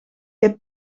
heb